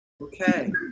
Okay